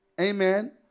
Amen